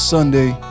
Sunday